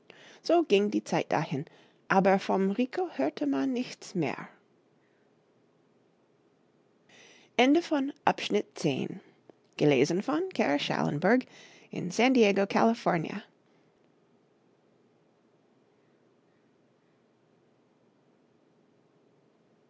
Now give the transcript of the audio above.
so ging die zeit dahin aber vom rico hörte man nichts mehr